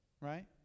right